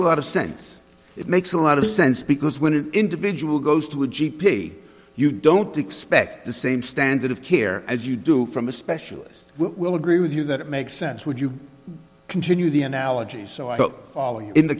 a lot of sense it makes a lot of sense because when an individual goes to a g p you don't expect the same standard of care as you do from a specialist who will agree with you that it makes sense would you continue the analogies so i got in the